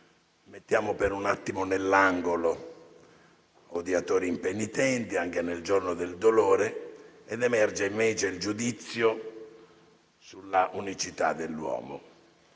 Mettiamo per un attimo nell'angolo odiatori impenitenti anche nel giorno del dolore e facciamo emergere invece il giudizio sulla unicità dell'uomo.